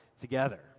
together